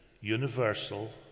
universal